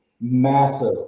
massive